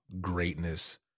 greatness